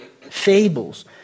Fables